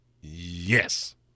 Yes